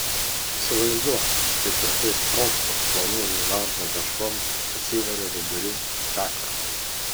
įsivaizduok kaip lėtai sprogstant plonųjų žarnų dešroms atsiveria vidurių čakra